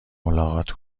ملاقات